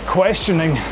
questioning